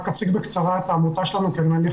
רק אציג בקצרה את העמותה שלנו כי אני מניח